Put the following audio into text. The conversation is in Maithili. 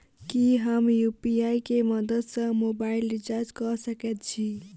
की हम यु.पी.आई केँ मदद सँ मोबाइल रीचार्ज कऽ सकैत छी?